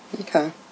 okay